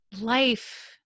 life